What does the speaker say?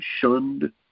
shunned